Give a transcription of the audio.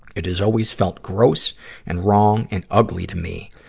it has always felt gross and wrong and ugly to me.